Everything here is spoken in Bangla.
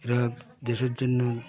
এরা দেশের জন্য